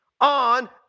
on